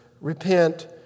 repent